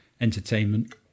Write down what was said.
entertainment